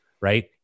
right